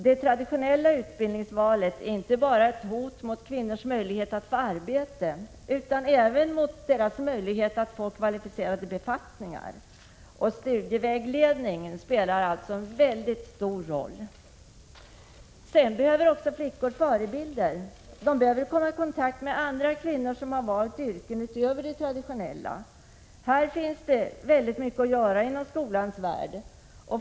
Det traditionella utbildningsvalet är inte bara ett hot mot kvinnors möjlighet att få arbete utan även mot deras möjlighet att få kvalificerade befattningar. Studievägledningen spelar alltså en stor roll. Flickor behöver också förebilder. De behöver komma i kontakt med kvinnor som har valt yrken utöver de traditionella. Här finns det mycket att göra inom skolans värld.